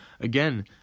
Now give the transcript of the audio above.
again